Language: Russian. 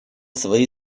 свои